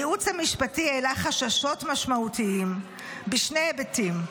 הייעוץ המשפטי העלה חששות משמעותיים בשני היבטים.